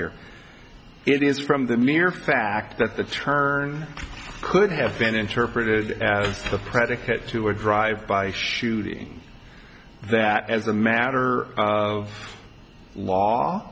here it is from the mere fact that the turn could have been interpreted as a predicate to a drive by shooting that as a matter of law